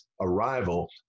arrival